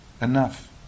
enough